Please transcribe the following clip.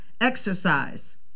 exercise